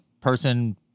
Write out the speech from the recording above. person